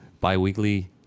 bi-weekly